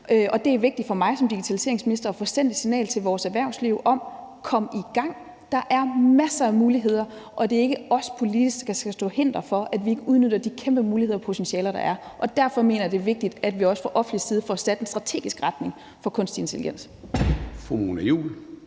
og det er vigtigt for mig som digitaliseringsminister at få sendt et signal til vores erhvervsliv om at komme i gang. Der er masser af muligheder, og det er ikke os, der politisk skal være til hinder for at udnytte de kæmpe muligheder og potentialer, der er. Derfor mener jeg, det er vigtigt, at vi også fra offentlig side får sat en strategisk retning for kunstig intelligens.